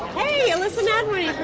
hey elissa nadworny